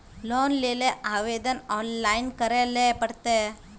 Loan लेले आवेदन online करे ले पड़ते?